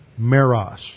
meros